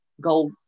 go